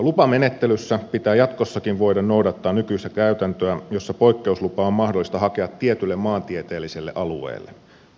lupamenettelyssä pitää jatkossakin voida noudattaa nykyistä käytäntöä jossa poikkeuslupa on mahdollista hakea tietylle maantieteelliselle alueelle